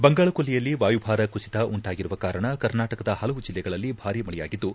ಬಂಗಾಳ ಕೊಲ್ಲಿಯಲ್ಲಿ ವಾಯುಭಾರ ಕುಸಿತ ಉಂಟಾಗಿರುವ ಕಾರಣ ಕರ್ನಾಟಕದ ಹಲವು ಜಿಲ್ಲೆಗಳಲ್ಲಿ ಭಾರಿ ಮಳೆಯಾಗಿದ್ದು